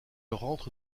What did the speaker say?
rentre